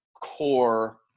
core